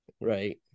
Right